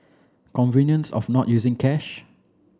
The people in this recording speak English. convenience of not using cash